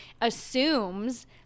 assumes